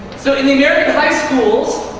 so in the american high schools,